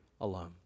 alone